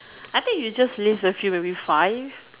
I think you just list a few maybe five